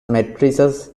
matrices